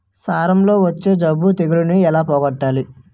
సొర లో వచ్చే బూజు తెగులని ఏల పోగొట్టాలి?